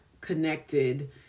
connected